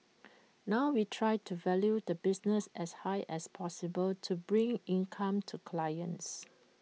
now we try to value the business as high as possible to bring income to clients